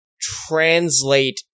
translate